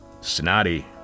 Snotty